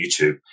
YouTube